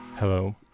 Hello